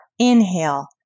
Inhale